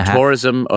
Tourism